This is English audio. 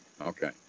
Okay